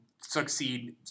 succeed